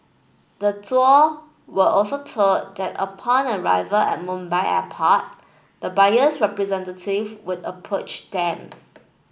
the Duo were also told that upon arrival at Mumbai Airport the buyer's representative would approach them